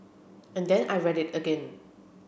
and then I read it again